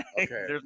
Okay